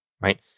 right